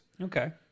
Okay